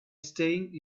staying